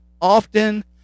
often